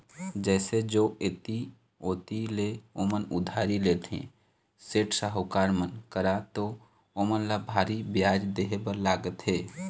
जइसे जो ऐती ओती ले ओमन उधारी लेथे, सेठ, साहूकार मन करा त ओमन ल भारी बियाज देहे बर लागथे